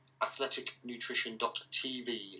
AthleticNutrition.tv